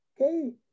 okay